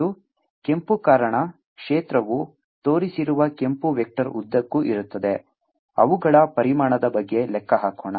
ಮತ್ತು ಕೆಂಪು ಕಾರಣ ಕ್ಷೇತ್ರವು ತೋರಿಸಿರುವ ಕೆಂಪು ವೆಕ್ಟರ್ ಉದ್ದಕ್ಕೂ ಇರುತ್ತದೆ ಅವುಗಳ ಪರಿಮಾಣದ ಬಗ್ಗೆ ಲೆಕ್ಕ ಹಾಕೋಣ